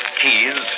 keys